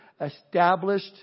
established